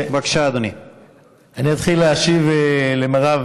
בבקשה, אדוני.